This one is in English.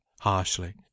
harshly